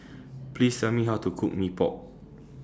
Please Tell Me How to Cook Mee Pok